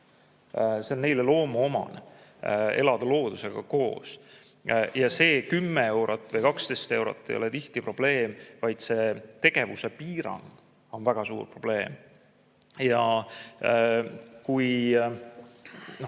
Neile on loomuomane elada loodusega koos. See 10 eurot või 12 eurot ei ole tihti probleem, vaid see tegevuse piirang on väga suur probleem. Kui